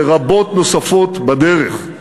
ורבות נוספות בדרך.